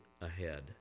ahead